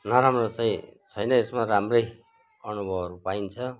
नराम्रो चाहिँ छैन यसमा राम्रै अनुभवहरू पाइन्छ